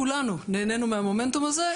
כולנו נהנינו מהמומנטום הזה,